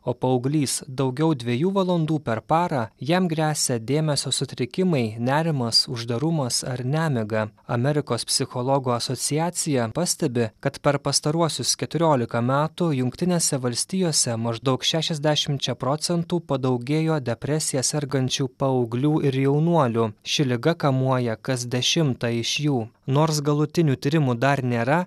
o paauglys daugiau dvejų valandų per parą jam gresia dėmesio sutrikimai nerimas uždarumas ar nemiga amerikos psichologų asociacija pastebi kad per pastaruosius keturiolika metų jungtinėse valstijose maždaug šešiasdešimčia procentų padaugėjo depresija sergančių paauglių ir jaunuolių ši liga kamuoja kas dešimtą iš jų nors galutinių tyrimų dar nėra